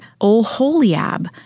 Oholiab